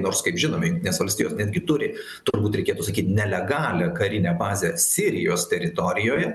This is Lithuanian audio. nors kaip žinome jungtinės valstijos netgi turi turbūt reikėtų sakyt nelegalią karinę bazę sirijos teritorijoje